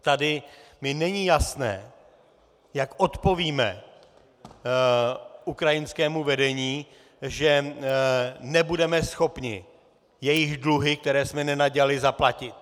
Tady mi není jasné, jak odpovíme ukrajinskému vedení, že nebudeme schopni jejich dluhy, které jsme nenadělali, zaplatit.